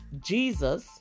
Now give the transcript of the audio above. Jesus